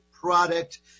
product